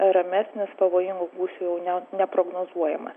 ramesnis pavojingų gūsių jau ne neprognozuojama